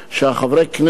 שחברי הכנסת,